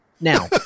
Now